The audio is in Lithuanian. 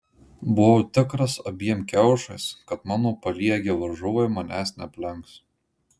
buvau tikras abiem kiaušais kad mano paliegę varžovai manęs neaplenks